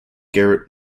garrett